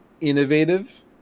innovative